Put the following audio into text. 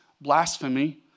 blasphemy